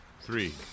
three